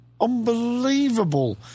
unbelievable